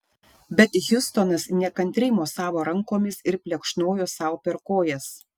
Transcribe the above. bet hiustonas nekantriai mosavo rankomis ir plekšnojo sau per kojas